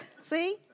See